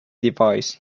device